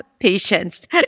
patience